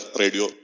radio